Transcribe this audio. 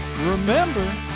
Remember